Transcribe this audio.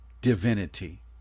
divinity